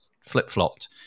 flip-flopped